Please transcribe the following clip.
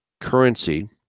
currency